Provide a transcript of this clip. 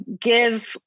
give